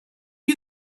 you